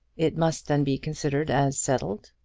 it must then be considered as settled?